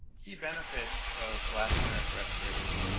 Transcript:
key benefits of elastomeric respirators